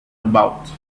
about